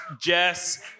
Jess